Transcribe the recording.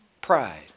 pride